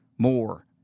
More